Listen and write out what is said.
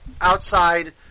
outside